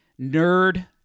nerd